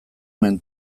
nuen